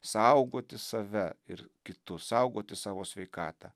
saugoti save ir kitus saugoti savo sveikatą